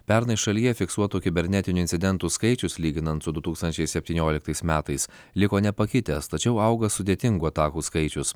pernai šalyje fiksuotų kibernetinių incidentų skaičius lyginant su du tūkstančiai septynioliktais metais liko nepakitęs tačiau auga sudėtingų atakų skaičius